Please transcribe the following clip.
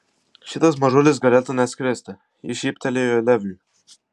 šitas mažulis galėtų net skristi ji šyptelėjo leviui